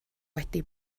wedi